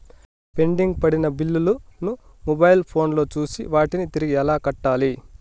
pending పడిన బిల్లులు ను మొబైల్ ఫోను లో చూసి వాటిని తిరిగి ఎలా కట్టాలి